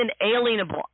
Inalienable